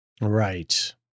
Right